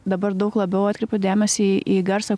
dabar daug labiau atkreipiu dėmesį į garsą